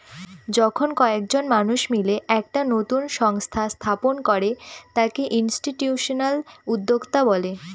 যখন কয়েকজন মানুষ মিলে একটা নতুন সংস্থা স্থাপন করে তাকে ইনস্টিটিউশনাল উদ্যোক্তা বলে